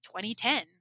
2010